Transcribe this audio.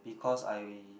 because I